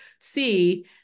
see